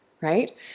right